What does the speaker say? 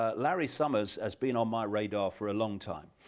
ah larry summers has been on my radar for a long time,